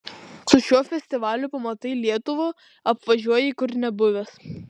su šiuo festivaliu pamatai lietuvą apvažiuoji kur nebuvęs